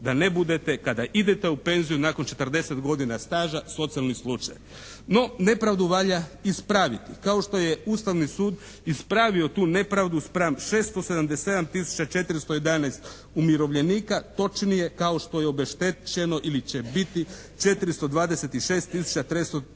da ne budete kada idete u penziju nakon 40 godina staža socijalni slučaj. No, nepravdu valja ispraviti. Kao što je Ustavni sud ispravio tu nepravdu spram 677 tisuća 411 umirovljenika, točnije kao što je obeštećeno ili će biti 426